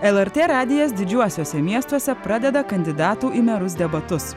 lrt radijas didžiuosiuose miestuose pradeda kandidatų į merus debatus